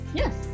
yes